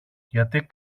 γιατί